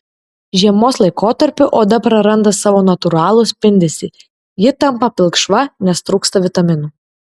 žiemos laikotarpiu oda praranda savo natūralų spindesį ji tampa pilkšva nes trūksta vitaminų